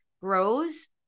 grows